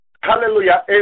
hallelujah